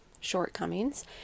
shortcomings